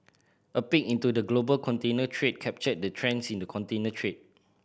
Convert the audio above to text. a peek into the global container trade captured the trends in the container trade